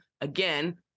Again